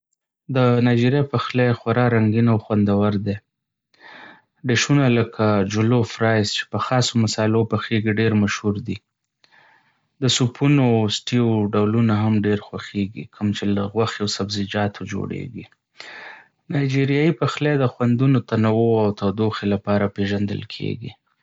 د نایجیریا پخلی خورا رنګین او خوندور دی. ډشونه لکه جولوف رایس چې په خاصو مصالحو پخېږي ډېر مشهور دي. د سوپونو او سټيو ډولونه هم ډېر خوښيږي، کوم چې له غوښې او سبزیجاتو جوړېږي. نایجیریایي پخلی د خوندونو تنوع او تودوخې لپاره پېژندل کېږي.